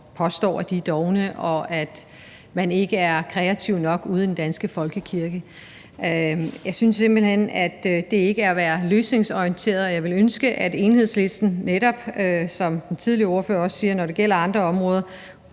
påstår, at de er dovne, og at man ikke er kreative nok ude i den danske folkekirke. Jeg synes simpelt hen, at det ikke er at være løsningsorienteret, og jeg ville ønske, at Enhedslisten – netop som den tidligere ordfører siger at Enhedslisten er, når det gælder andre områder